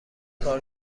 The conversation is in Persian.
کار